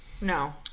No